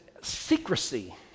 secrecy